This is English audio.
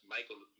Michael